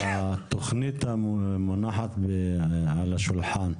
התכנית המונחת על השולחן,